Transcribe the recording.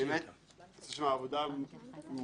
באמת עשו שם עבודה ממושכת,